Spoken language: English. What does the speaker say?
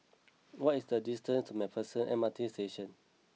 what is the distance to MacPherson M R T Station